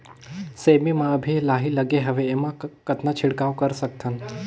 सेमी म अभी लाही लगे हवे एमा कतना छिड़काव कर सकथन?